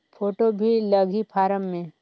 Photo भी लगी form मे?